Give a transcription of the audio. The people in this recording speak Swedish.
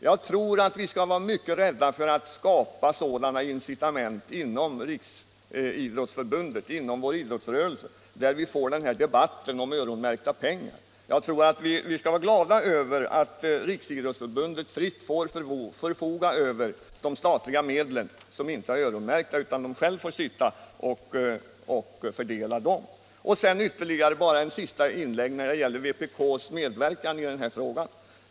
Jag tror att vi skall vara mycket rädda för att skapa sådana incitament inom vår idrottsrörelse att vi får den här debatten om öronmärkta pengar. Vi skall vara glada över att Riksidrottsförbundet fritt får förfoga över statliga medel som inte är öronmärkta. Ett sista inlägg när det gäller vpk:s medverkan i denna fråga.